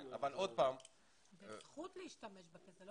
זאת זכות להשתמש בכסף.